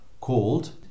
called